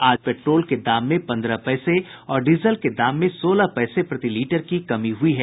आज पेट्रोल के दाम में पन्द्रह पैसे और डीजल के दाम में सोलह पैसे प्रति लीटर की कमी हुई है